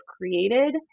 created